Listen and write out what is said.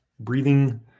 breathing